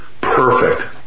Perfect